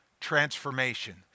transformation